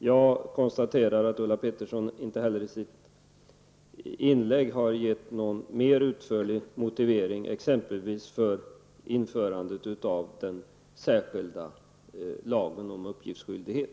Jag konstaterar att Ulla Pettersson inte heller i sitt inlägg har givit någon mer utförlig motivering för exempelvis införandet av den särskilda lagen om uppgiftsskyldighet.